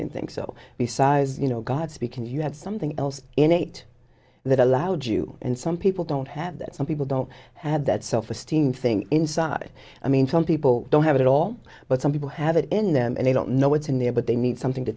didn't think so besides you know god speaking you have something else innate that allowed you and some people don't have that some people don't have that self esteem thing inside i mean some people don't have it all but some people have it in them and they don't know what's in there but they need something to